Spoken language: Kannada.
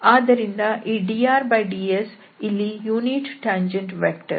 ಆದ್ದರಿಂದ ಈ drds ಇಲ್ಲಿ ಯೂನಿಟ್ ಟ್ಯಾಂಜೆಂಟ್ ವೆಕ್ಟರ್